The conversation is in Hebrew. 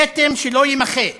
כתם שלא יימחה,